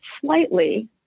slightly